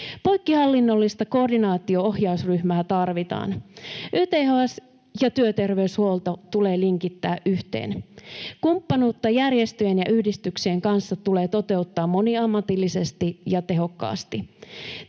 Poikkihallinnollista koordinaatio-ohjausryhmää tarvitaan. YTHS ja työterveyshuolto tulee linkittää yhteen. Kumppanuutta järjestöjen ja yhdistyksien kanssa tulee toteuttaa moniammatillisesti ja tehokkaasti.